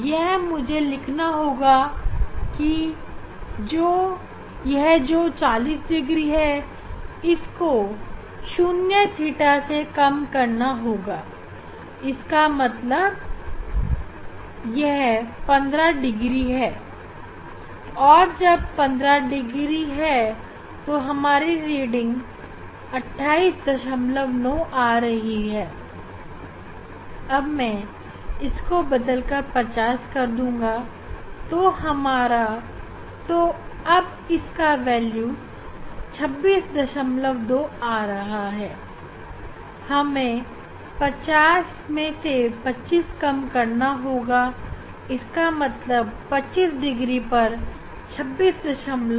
यह मुझे लिखना होगा कि यह जो 40 डिग्री है इसको थीटा 0 से कम करना होगा इसका मतलब यह 15 डिग्री है और जब हमारा 15 डिग्री है तो हमारा रीडिंग 289 आ रहा है अब मैं इसको बदल कर 50 कर दूँगा अब इसका वेल्यू 262 आ रहा है हमें 50 में से 25 कम करना होगा इसका मतलब 25 डिग्री पर 262 करंट है